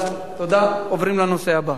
יעקב,